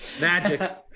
Magic